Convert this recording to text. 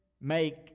make